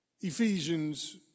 Ephesians